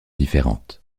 différente